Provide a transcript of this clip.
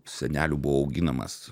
senelių buvau auginamas